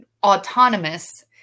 autonomous